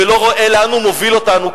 ולא רואה לאן הוא מוביל אותנו,